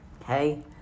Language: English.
okay